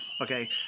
Okay